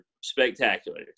spectacular